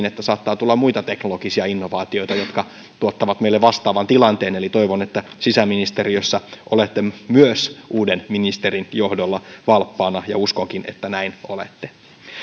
että saattaa tulla muita teknologisia innovaatioita jotka tuottavat meille vastaavan tilanteen eli toivon että sisäministeriössä olette myös uuden ministerin johdolla valppaana ja uskonkin että näin olette